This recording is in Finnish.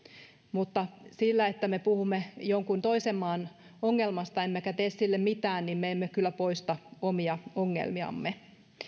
mutta sillä että me puhumme jonkun toisen maan ongelmasta emmekä tee sille mitään me emme kyllä poista omia ongelmiamme